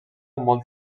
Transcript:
molt